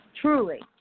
truly